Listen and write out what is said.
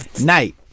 Night